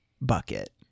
bucket